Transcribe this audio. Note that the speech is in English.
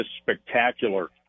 spectacular